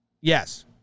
Yes